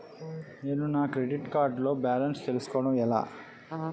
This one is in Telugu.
నేను నా క్రెడిట్ కార్డ్ లో బాలన్స్ తెలుసుకోవడం ఎలా?